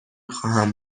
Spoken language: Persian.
خواهم